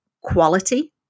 quality